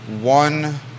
one